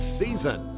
season